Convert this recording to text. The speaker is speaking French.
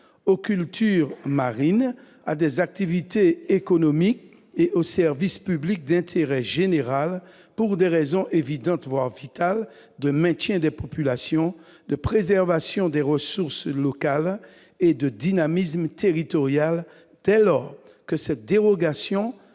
aux cultures marines, à des activités économiques et aux services publics d'intérêt général pour des raisons évidentes, voire vitales, de maintien des populations, de préservation des ressources locales et de dynamisme territorial, dès lors que cette dérogation